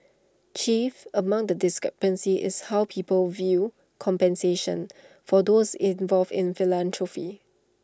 chief among the discrepancies is how people view compensation for those involved in philanthropy